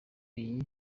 iyi